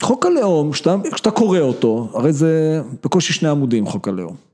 חוק הלאום, כשאתה קורא אותו, הרי זה בקושי שני עמודים, חוק הלאום.